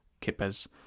kippers